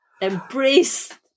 embrace